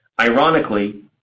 ironically